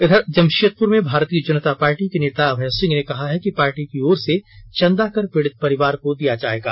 इधर जम ीदपुर में भारतीय जनता पार्टी के नेता अभय सिंह ने कहा कि पार्टी की ओर से चंदा कर पीड़ित परिवार को दिया जायेगा